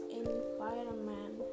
environment